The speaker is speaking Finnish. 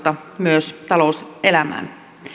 myös talouselämään